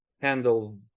handle